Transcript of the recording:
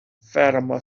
fatima